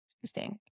Interesting